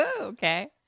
Okay